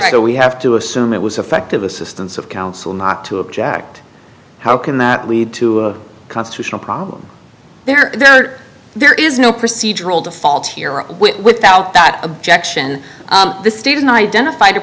so we have to assume it was effective assistance of counsel not to object how can that lead to a constitutional problem there though there is no procedural default here without that objection this steven identif